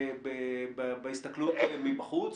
בהסתכלות על זה מבחוץ,